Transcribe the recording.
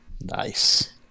Nice